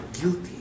guilty